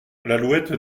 l’alouette